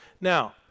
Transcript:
Now